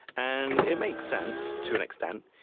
and it makes sense, to an extent,